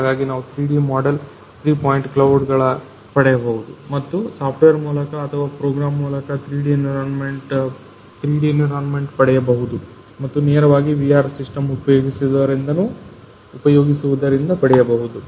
ಹಾಗಾಗಿ ನಾವು 3D model 3 point cloud ಗಳ ಪಡೆಯಬಹುದು ಮತ್ತು ಸಾಫ್ಟ್ವೇರ್ ಮೂಲಕ ಅಥವಾ ಪ್ರೋಗ್ರಾಂ ಮೂಲಕ 3D ಎನ್ವಿರಾನ್ಮೆಂಟ್ ಪಡೆಯಬಹುದು ಮತ್ತು ನೇರವಾಗಿ VR ಸಿಸ್ಟಮ್ ಉಪಯೋಗಿಸುವುದರಿಂದ ಪಡೆಯಬಹುದು